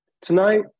Tonight